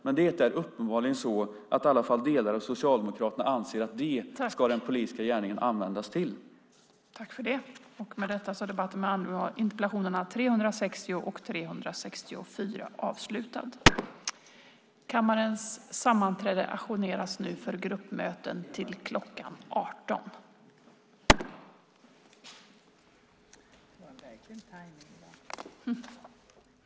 Men uppenbarligen anser åtminstone delar av Socialdemokraterna att den politiska gärningen ska användas till det.